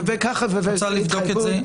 זאת התחייבות.